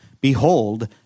Behold